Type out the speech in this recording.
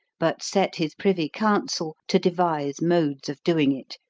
but set his privy council to devise modes of doing it,